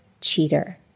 cheater